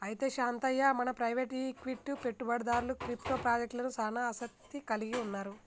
అయితే శాంతయ్య మన private equity పెట్టుబడిదారులు క్రిప్టో పాజెక్టలకు సానా ఆసత్తి కలిగి ఉన్నారు